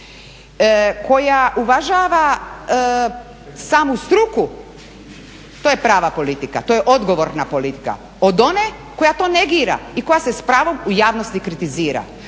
koja uvažava samu struku to je prava politika. To je odgovorna politika od one koja to negira i koja se s pravom u javnosti kritizira.